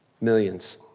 millions